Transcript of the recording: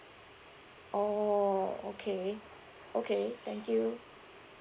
oh okay okay thank you